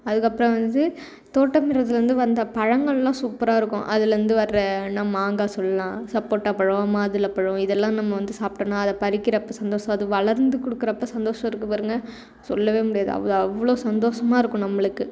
அதுக்கப்புறம் வந்து தோட்டமிடுதலேருந்து வந்த பழங்கள்லாம் சூப்பராக இருக்கும் அதுலேருந்து வர மாங்காய் சொல்லலாம் சப்போட்டா பழம் மாதுளை பழம் இதெல்லாம் நம்ம வந்து சாப்பிட்டோன்னா அதை பறிக்கிறப்போ சந்தோஷம் அது வளர்ந்து கொடுக்குறப்ப சந்தோஷம் இருக்குது பாருங்கள் சொல்லவே முடியாது அது அவ்வளோ சந்தோஷமாக இருக்கும் நம்மளுக்கு